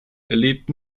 erlebt